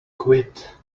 quit